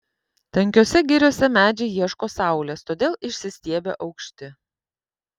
tankiose giriose medžiai ieško saulės todėl išsistiebia aukšti